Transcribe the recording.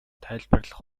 тайлбарлах